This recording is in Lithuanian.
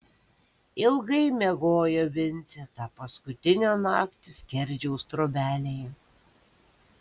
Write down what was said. ilgai miegojo vincė tą paskutinę naktį skerdžiaus trobelėje